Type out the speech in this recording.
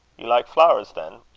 you like flowers then?